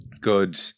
good